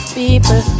people